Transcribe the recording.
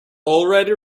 already